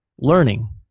Learning